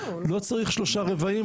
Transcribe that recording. לא צריך שלושה רבעים,